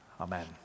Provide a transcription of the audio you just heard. amen